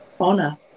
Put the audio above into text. honor